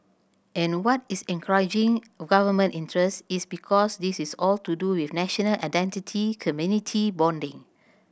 and what is encouraging Government interest is because this is all to do with national identity community bonding